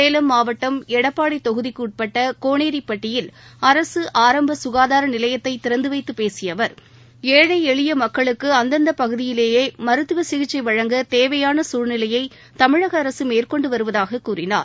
சேலம் மாவட்டம எடப்பாடிதொகுதிக்குஉட்பட்டகோனோப்பட்டியில் அரசுஆரம்பசுகாதாரநிலையைத்தைதிறந்துவைத்துபேசியஅவா ஏழைஎளியமக்களுக்குஅந்தந்தபகுதிகளிலேயேமருத்துவசிகிச்சைவழங்க தேவையானசூழ்நிலையைதமிழகஅரசுமேற்கொண்டுவருவதாகக் கூறினார்